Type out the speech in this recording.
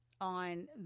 on